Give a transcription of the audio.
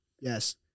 Yes